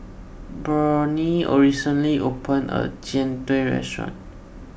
Burney recently opened a Jian Dui restaurant